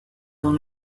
dans